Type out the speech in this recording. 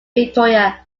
victoria